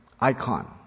icon